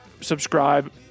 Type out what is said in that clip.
subscribe